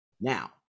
Now